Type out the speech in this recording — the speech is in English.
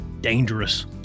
dangerous